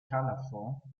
colorful